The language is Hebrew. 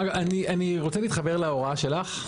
אגב, אני רוצה להתחבר להוראה שלך.